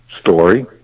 story